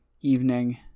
evening